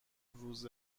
روز